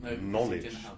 knowledge